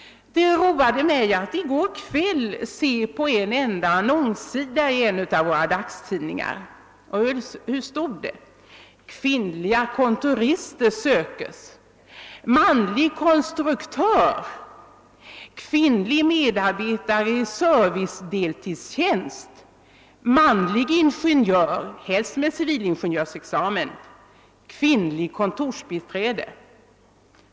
Jag roade mig i går kväll med att läsa en enda annonssida i en av våra dagstidningar. Och vilka annonser fann jag där? >Kvinnliga kontorister sökes», »Manlig konstruktör», »Kvinnlig medarbetare i serviceyrke — deltidstjänst>, >Manlig ingenjör> — helst med civilingenjörsexamen givetvis, >Kvinnligt kontorsbiträde>.